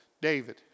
David